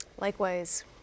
likewise